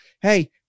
Hey